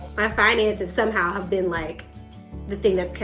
my finances somehow have been like the thing that's kept,